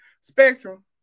Spectrum